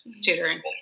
tutoring